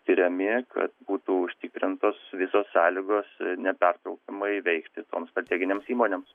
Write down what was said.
tiriami kad būtų užtikrintos visos sąlygos nepertraukiamai veikti toms strateginėms įmonėms